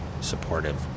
Supportive